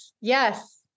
Yes